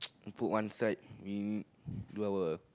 put one side we do our